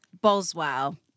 Boswell